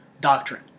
doctrine